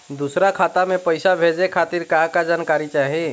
दूसर खाता में पईसा भेजे के खातिर का का जानकारी चाहि?